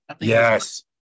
Yes